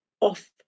off